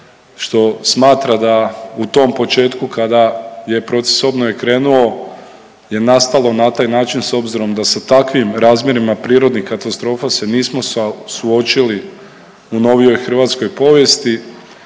što smatra da u tom početku kada je proces obnove krenuo je nastalo na taj način s obzirom da sa takvim razmjerima prirodnih katastrofa se nismo suočili u novijoj hrvatskoj povijesti